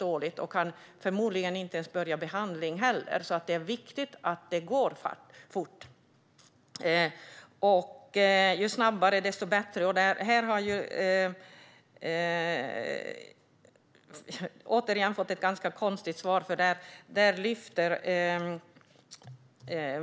Förmodligen kan hon eller han inte ens börja på behandling, så det är viktigt att det går fort - ju snabbare, desto bättre. Här har jag - återigen - fått ett ganska konstigt svar.